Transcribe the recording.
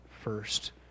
first